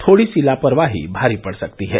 थोड़ी सी लापरवाही भारी पड़ सकती है